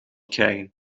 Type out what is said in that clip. krijgen